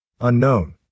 Unknown